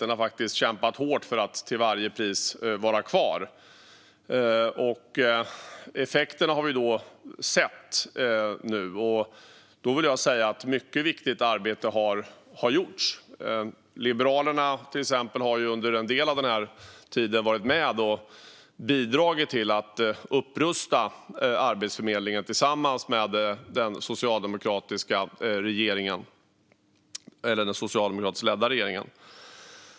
Den har kämpat hårt för att till varje pris vara kvar. Effekterna har vi nu sett. Mycket viktigt arbete har gjorts. Liberalerna har till exempel under en del av den här tiden varit med och bidragit till att upprusta Arbetsförmedlingen tillsammans med den socialdemokratiskt ledda regeringen.